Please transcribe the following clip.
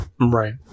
right